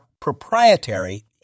proprietary